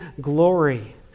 glory